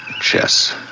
Chess